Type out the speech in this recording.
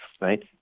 right